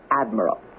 admiral